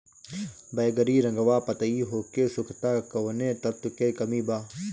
बैगरी रंगवा पतयी होके सुखता कौवने तत्व के कमी बा?